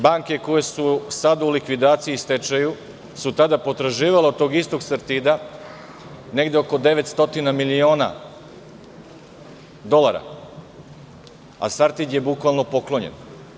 Banke koje su sada u likvidaciji i stečaju su tada potraživale od tog istog „Sartida“ negde oko 900 miliona dolara, a „Sartid“ je bukvalno poklonjen.